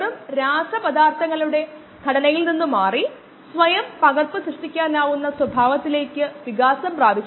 ഇപ്പോൾ ബയോ റിയാക്ടറിനെ സിസ്റ്റമായി എടുക്കുന്ന കോശങ്ങളെക്കുറിച്ച് ഒരു ബാലൻസ് എഴുതാം